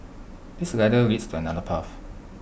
this ladder leads to another path